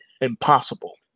impossible